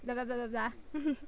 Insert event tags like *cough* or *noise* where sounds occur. blah blah blah blah blah *laughs*